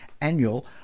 annual